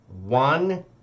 one